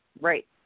Right